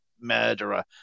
murderer